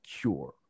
cure